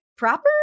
Proper